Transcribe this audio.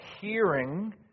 hearing